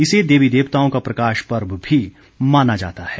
इसे देवी देवताओं का प्रकाश पर्व भी माना जाता है